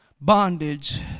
bondage